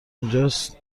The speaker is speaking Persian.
اونجاست